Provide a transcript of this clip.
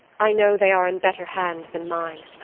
i know they are in better hands than mine.